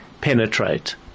penetrate –